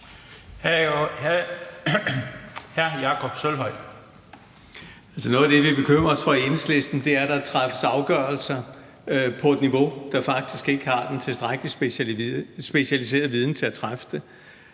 Jakob Sølvhøj (EL): Noget af det, vi bekymrer os for i Enhedslisten, er, at der træffes afgørelser på et niveau, der faktisk ikke har en tilstrækkelig specialiseret viden til at træffe dem.